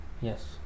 Yes